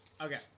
Okay